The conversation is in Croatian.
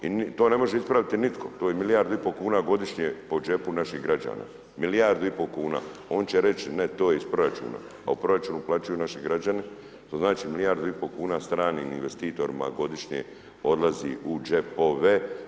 I to ne može ispraviti nitko to je milijardu i po kuna godišnje po džepu naših građa, milijardu i po kuna, on će reć ne to je iz proračuna, a u proračun uplaćuju naši građani to znači milijardu i po kuna stranim investitorima godišnje odlazi u džepove.